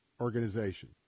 organization